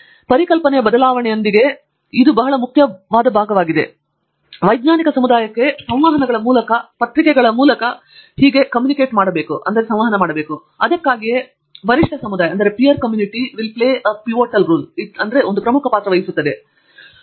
ಪರಿಕಲ್ಪನೆಯ ಬದಲಾವಣೆಯೊಂದಿಗೆ ಮತ್ತು ಇದು ಬಹಳ ಮುಖ್ಯವಾದ ಭಾಗವಾಗಿದೆ ಮತ್ತು ನಂತರ ಅದನ್ನು ಹಂಚಿಕೊಂಡಿದೆ ವೈಜ್ಞಾನಿಕ ಸಮುದಾಯಕ್ಕೆ ಸಂವಹನಗಳ ಮೂಲಕ ಪತ್ರಿಕೆಗಳ ಮೂಲಕ ಹೀಗೆ ಸಂವಹನ ಮಾಡುವುದು ಮತ್ತು ಅದಕ್ಕಾಗಿಯೇ ವರಿಷ್ಠ ಸಮುದಾಯವು ಒಂದು ಪ್ರಮುಖ ಪಾತ್ರವನ್ನು ವಹಿಸುತ್ತದೆ